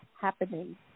happening